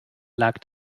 lag